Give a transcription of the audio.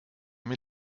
mets